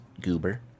goober